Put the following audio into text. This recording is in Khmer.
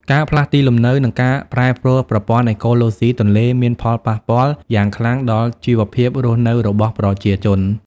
ការផ្លាស់ទីលំនៅ និងការប្រែប្រួលប្រព័ន្ធអេកូឡូស៊ីទន្លេមាន ផលប៉ះពាល់យ៉ាងខ្លាំងដល់ជីវភាពរស់នៅរបស់ប្រជាជន។